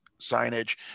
signage